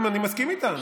אני מסכים איתם.